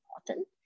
important